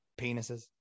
penises